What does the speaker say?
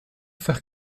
faire